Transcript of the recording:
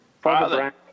Father